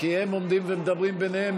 כי הם עומדים ומדברים ביניהם,